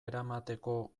eramateko